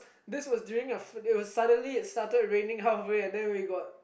this was during a f~ it started raining halfway and then we got